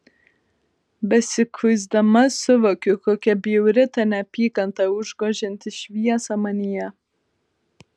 besikuisdama suvokiu kokia bjauri ta neapykanta užgožianti šviesą manyje